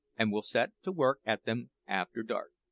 and we'll set to work at them after dark.